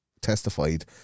testified